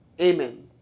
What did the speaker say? Amen